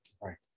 right